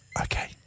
Okay